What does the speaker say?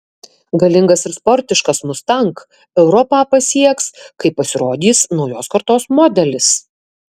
galingas ir sportiškas mustang europą pasieks kai pasirodys naujos kartos modelis